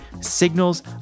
Signals